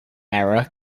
error